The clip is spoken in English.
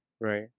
Right